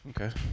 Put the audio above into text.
Okay